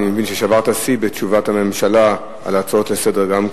אני מבין ששברת שיא בתשובת הממשלה על ההצעות לסדר-היום,